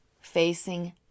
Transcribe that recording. facing